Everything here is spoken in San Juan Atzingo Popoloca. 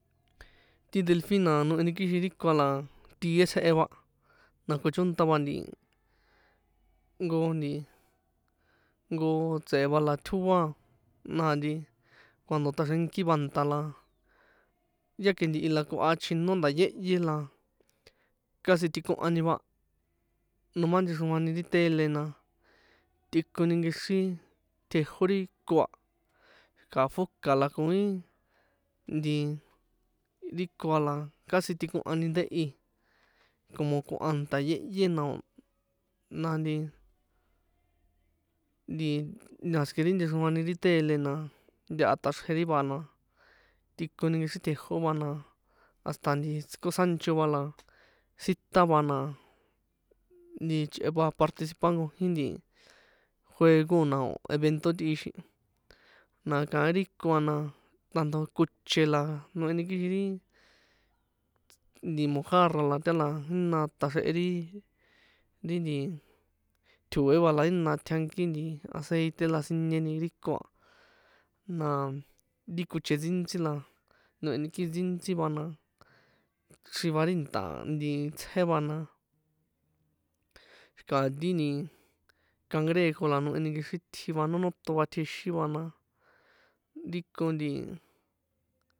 Ti delfin na noheni kixin ri ko a la tie tsjehe va, na ko chónṭa va nti nko nti nko tse̱e va la tjóá naa, ti cuando taxrenki va nta̱ la ya ke ntihi la kohya chjino nta̱ yéhyé la, casi tikohani va, noma nchexroani ri tele na tꞌikoni nkexrí tjejó ri ko a, xi̱ka̱ foca la koi nti ri ko a la casi tikohani ndehi como koha nta̱ yéhyé na o̱ na nti nti más ke ri nchexroani ri tele na taha taxrje ri va a, na tꞌikoni nkexrí tjejó va na hasta tsikosancho va, la sita va, na chꞌe va participar nkojí nti juego na o̱ evento tꞌixin, na kaín ri ko a na tanto koche la noheni kixin ri nti mojarra, la ta la jína taxrehe ri ri nti tjo̱e va la jína tjianki nti aceite la sinieni ri ko a, na ri koche ntsíntsí na noheni kixin ntsíntsí va na xri va ri nta̱, nti tsé va na xika ri nti cangrejo la noheni nkexrí tji va no noton va tjixin va na ri ko nti.